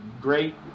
great